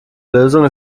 lösung